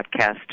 podcast